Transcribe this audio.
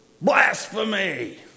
Blasphemy